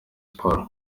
sports